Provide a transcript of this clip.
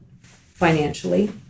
financially